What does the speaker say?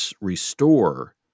restore